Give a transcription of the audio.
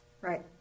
Right